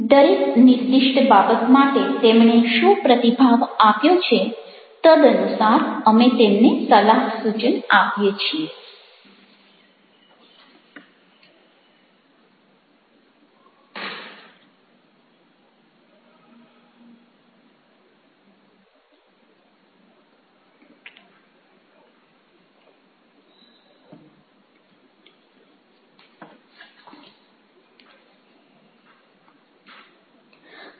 દરેક નિર્દિષ્ટ બાબત માટે તેમણે શો પ્રતિભાવ આપ્યો છે તદનુસાર અમે તેમને સલાહ સૂચન આપીએ છીએ